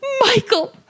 Michael